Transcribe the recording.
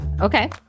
Okay